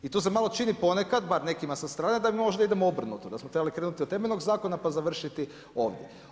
I tu se malo čini ponekad, bar nekima sa strane da možda idemo obrnuto, da smo trebali krenuti od temeljnog zakona, pa završiti ovdje.